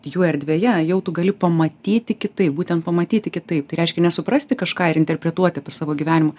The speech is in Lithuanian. jų erdvėje jau tu gali pamatyti kitaip būtent pamatyti kitaip tai reiškia ne suprasti kažką ir interpretuoti apie savo gyvenim